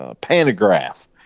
pantograph